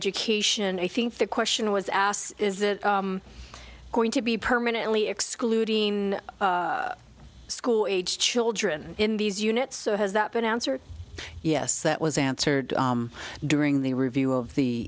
education i think the question was asked is it going to be permanently excluding school age children in these units so has that been answered yes that was answered during the review of the